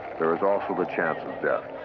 there is also the chance of death.